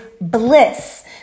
bliss